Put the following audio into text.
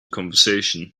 conversation